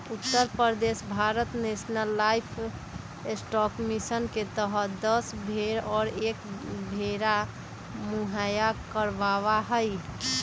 उत्तर प्रदेश सरकार national livestock mission के तहद दस भेंड़ और एक भेंड़ा मुहैया करवावा हई